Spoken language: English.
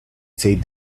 said